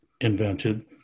invented